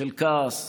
של כעס,